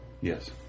Yes